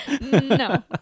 No